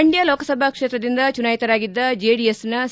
ಮಂಡ್ಕ ಲೋಕಸಭಾ ಕ್ಷೇತ್ರದಿಂದ ಚುನಾಯಿತರಾಗಿದ್ದ ಜೆಡಿಎಸ್ನ ಸಿ